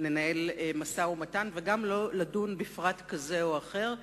לנהל משא-ומתן, וגם לא לדון בפרט כזה או אחר.